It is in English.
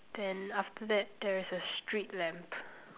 then after that there is a street lamp